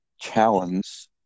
challenge